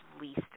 least